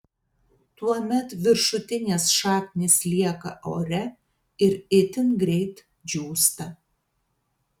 tuomet viršutinės šaknys lieka ore ir itin greit džiūsta